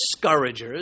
discouragers